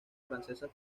francesas